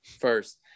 first